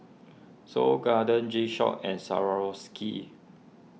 Seoul Garden G Shock and Swarovski